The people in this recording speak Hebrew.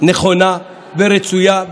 נכונה ורצויה.